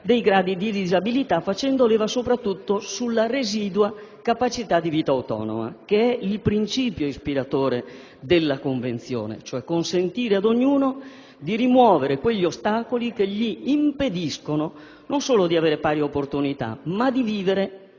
dei gradi di disabilità, facendo leva soprattutto sulla residua capacità di vita autonoma, che è il principio ispiratore della Convenzione: si deve cioè consentire ad ognuno di rimuovere quegli ostacoli che gli impediscono non solo di avere pari opportunità, ma di vivere